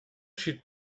she